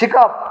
शिकप